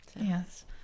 Yes